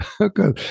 okay